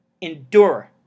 Endure